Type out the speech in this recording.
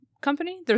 company